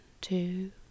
two